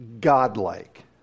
godlike